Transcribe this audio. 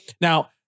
Now